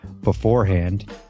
beforehand